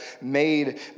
made